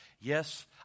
Yes